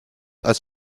als